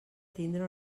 tindre